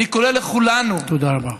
תודה רבה.